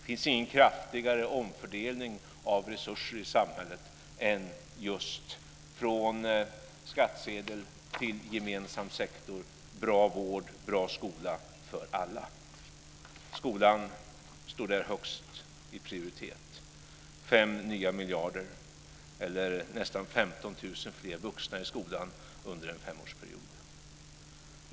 Det finns ingen kraftigare omfördelning av resurser i samhället än just från skattsedel till gemensam sektor för en bra vård och en bra skola för alla. Skolan står där högst i prioritet. Det blir 5 nya miljarder eller nästan 15 000 fler vuxna i skolan under en femårsperiod.